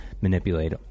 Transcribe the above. manipulate